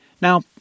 Now